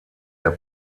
der